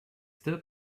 still